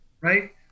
right